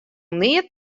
neat